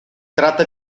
tratta